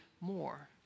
more